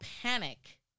panic